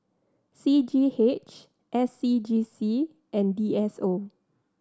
C G H S C G C and D S O